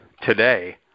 today